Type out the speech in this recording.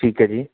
ਠੀਕ ਹੈ ਜੀ